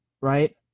right